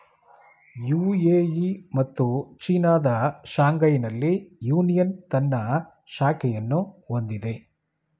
UAE ಮತ್ತು ಚೀನಾದ ಶಾಂಘೈನಲ್ಲಿ ಯೂನಿಯನ್ ತನ್ನ ಶಾಖೆಯನ್ನು ಹೊಂದಿದೆ